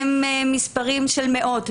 מאות.